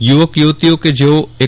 યુવક યુવતીઓ કે જેઓ તા